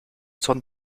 zorn